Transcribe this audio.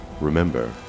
Remember